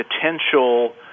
potential